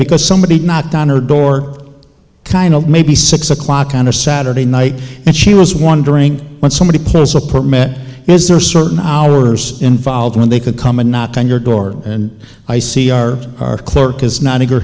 because somebody knocked on her door kind of maybe six o'clock on a saturday night and she was wondering when somebody close a permit is there are certain hours involved when they could come and knock on your door and i see our clerk is not